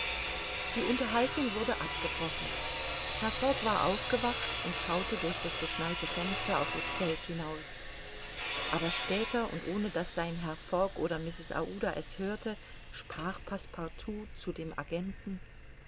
die unterhaltung wurde abgebrochen herr fogg war aufgewacht und schaute durch das beschneite fenster auf das feld hinaus aber später und ohne daß sein herr fogg oder mrs aouda es hörte sprach passepartout zu dem agenten